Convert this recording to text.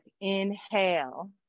inhale